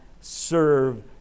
serve